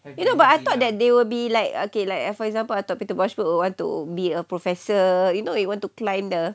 you know but I thought that they will be like okay like for example I thought peter bush would want to be a professor you know you want to climb the